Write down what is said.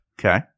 Okay